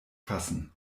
fassen